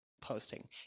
posting